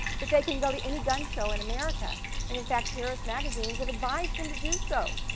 but they can go to any gun show in america and in fact terrorists magazines have advised them to do so,